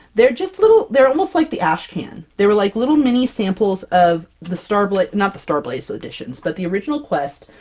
they're just a little they're almost like the ashcan. they were like little mini samples of the starblaze not the starblaze editions, but the original quest,